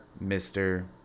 mr